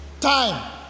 time